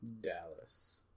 Dallas